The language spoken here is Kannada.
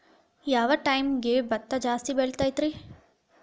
ಯಾವ ಟೈಮ್ಗೆ ಭತ್ತ ಜಾಸ್ತಿ ಬೆಳಿತೈತ್ರೇ?